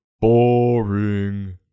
Boring